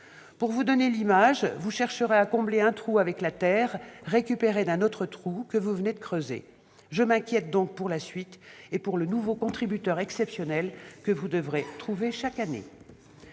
Pour vous donner une image, vous cherchez à combler un trou avec de la terre récupérée d'un autre trou que vous venez de creuser ... Je m'inquiète donc pour la suite et pour le nouveau contributeur exceptionnel que vous devrez trouver chaque année.